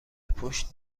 پشت